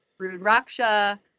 rudraksha